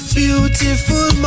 beautiful